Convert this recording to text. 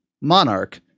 Monarch